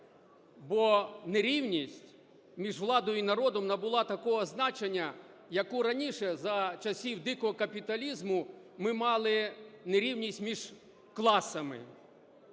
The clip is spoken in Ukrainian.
бо нерівність між владою і народом набула такого значення, якого раніше за часів дикого капіталізму ми мали нерівність між класами.